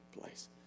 place